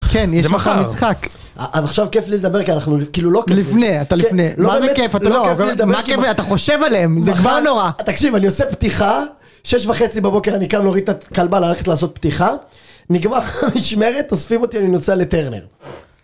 כן יש לך משחק. אז עכשיו כיף לי לדבר כי אנחנו כאילו, לא, לפני, אתה לפני. מה זה כיף אתה חושב עליהם זה כבר נורא. תקשיב אני עושה פתיחה, שש וחצי בבוקר אני קם להוריד את הכלבה ללכת לעשות פתיחה, נגמר המשמרת, אוספים אותי אני נוסע לטרנר